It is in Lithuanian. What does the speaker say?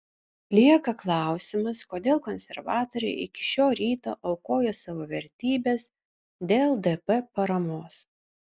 lieka klausimas kodėl konservatoriai iki šio ryto aukojo savo vertybes dėl dp paramos